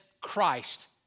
Christ